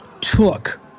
took